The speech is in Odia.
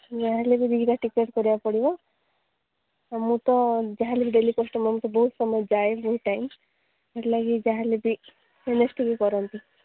ଯାହା ହେଲେବି ଦୁଇଟା ଟିକେଟ୍ କରିଆକୁ ପଡ଼ିବ ଆଉ ମୁଁ ତ ଯାହା ହେଲେବି ଡେଲି କଷ୍ଟମର୍ ବହୁତ ସମୟ ଯାଏ ବହୁତ ଟାଇମ୍ ସେଥିଲାଗି ଯାହା ହେଲେବି ମ୍ୟାନେଜ୍ ଟିକେ କରନ୍ତୁ